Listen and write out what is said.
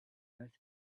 earth